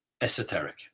esoteric